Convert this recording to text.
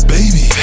Baby